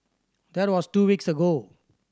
that was two weeks ago